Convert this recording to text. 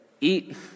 eat